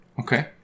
Okay